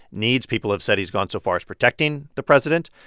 needs. people have said he's gone so far as protecting the president.